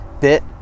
bit